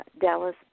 Dallas